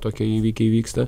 tokie įvykiai įvyksta